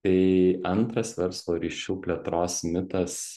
tai antras verslo ryšių plėtros mitas